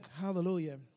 Hallelujah